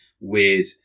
weird